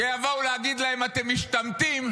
שיבואו להגיד להם: אתם משתמטים,